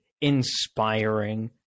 inspiring